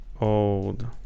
old